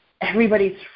everybody's